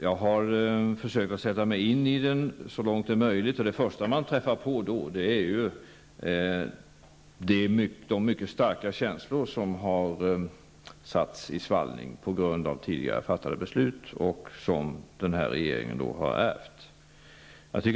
Jag har försökt att sätta mig in i den så långt möjligt. Det första man då träffar på är de mycket starka känslor som har satts i svallning på grund av tidigare fattade beslut, något som denna regering har ärvt.